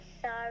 sorry